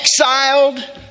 Exiled